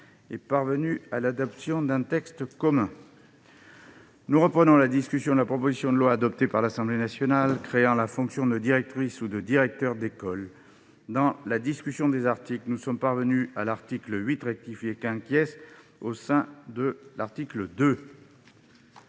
est parvenue à l'adoption d'un texte commun. Nous reprenons la discussion de la proposition de loi, adoptée par l'Assemblée nationale, créant la fonction de directrice ou de directeur d'école. Dans la discussion des articles, nous sommes parvenus à l'amendement n° 8 rectifié, au sein de l'article 2.